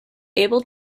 able